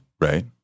Right